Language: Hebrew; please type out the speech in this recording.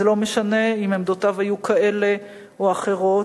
זה לא משנה אם עמדותיו היו כאלה או אחרות,